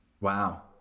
Wow